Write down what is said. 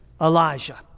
Elijah